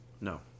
No